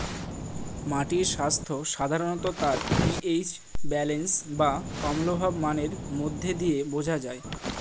মাটির স্বাস্থ্য সাধারনত তার পি.এইচ ব্যালেন্স বা অম্লভাব মানের মধ্যে দিয়ে বোঝা যায়